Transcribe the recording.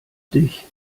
dich